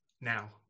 now